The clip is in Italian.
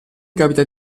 capita